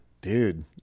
dude